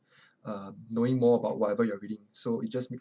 uh knowing more about whatever you are reading so it just